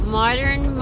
modern